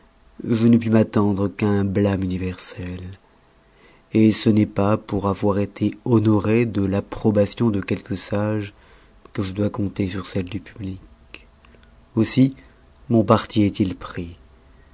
je ne puis m'attendre qu'à un blâme universel ce n'est pas pour avoir été honoré de l'approbation de quelques sages que je dois compter sur celle du public aussi mon parti est-il pris